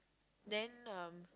then uh